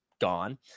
gone